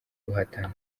guhatana